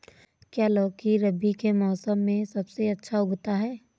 क्या लौकी रबी के मौसम में सबसे अच्छा उगता है?